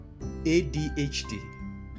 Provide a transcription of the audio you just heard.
ADHD